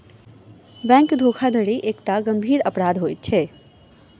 bank धोखाधड़ी एकटा गंभीर अपराध होइत अछि